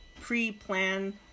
pre-plan